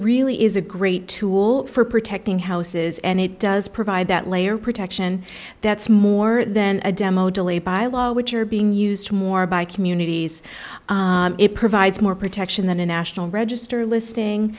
really is a great tool for protecting houses and it does provide that layer protection that's more than a demo delay by law which are being used more by communities it provides more protection than a national register listing